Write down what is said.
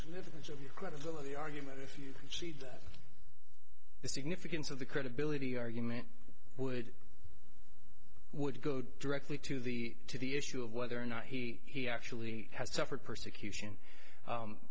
h of your credibility argument if you concede that the significance of the credibility argument would would go directly to the to the issue of whether or not he actually has suffered persecution